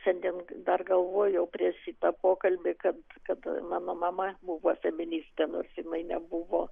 šiandien dar galvojau prieš šitą pokalbį kad kad mano mama buvo feministė nors jinai nebuvo